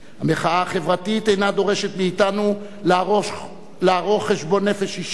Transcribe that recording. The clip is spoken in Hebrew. המחאה החברתית אינה דורשת מאתנו לערוך חשבון-נפש אישי,